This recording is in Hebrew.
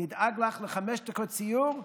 נדאג לך לחמש דקות סיור,